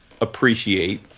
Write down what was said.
appreciate